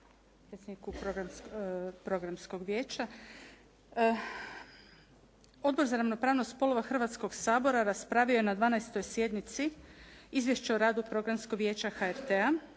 Odbor za ravnopravnost spolova Hrvatskog sabora raspravio je na 12. sjednici izvješće o radu Programskog vijeća HRT-a